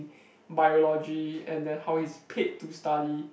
biology and then how he's paid to study